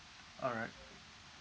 all right